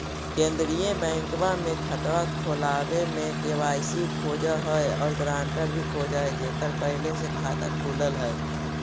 केंद्रीय बैंकवा मे खतवा खोलावे मे के.वाई.सी खोज है और ग्रांटर भी खोज है जेकर पहले से खाता खुलल है?